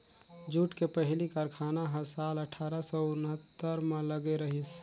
jute के पहिली कारखाना ह साल अठारा सौ उन्हत्तर म लगे रहिस